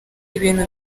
ibintu